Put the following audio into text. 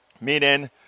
meaning